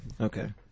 Okay